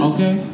Okay